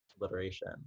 Alliteration